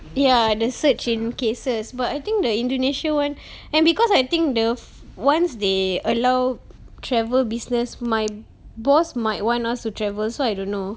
ya the surge in cases but I think the indonesia [one] and because I think the once they allow travel business my boss might want us to travel so I don't know